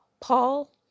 Paul